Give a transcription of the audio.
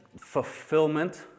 fulfillment